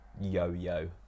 Yo-yo